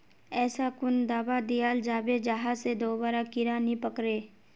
ऐसा कुन दाबा दियाल जाबे जहा से दोबारा कीड़ा नी पकड़े?